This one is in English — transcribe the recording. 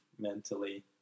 mentally